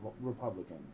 Republican